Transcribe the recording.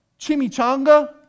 chimichanga